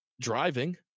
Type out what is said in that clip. Driving